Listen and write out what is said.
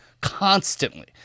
constantly